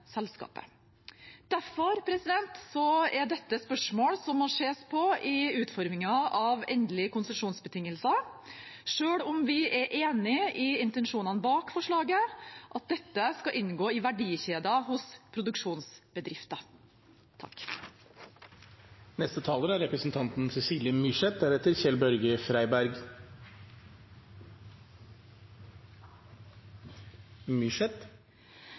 er dette spørsmål som må ses på i utformingen av endelige konsesjonsbetingelser, selv om vi er enig i intensjonene bak forslaget, at dette skal inngå i verdikjeden hos produksjonsbedrifter. I dag sender vi altfor mye ubearbeidet fisk ut av landet. Problemet med det er